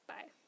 Bye